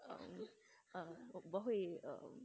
um 我会 um